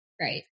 Right